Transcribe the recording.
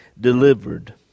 delivered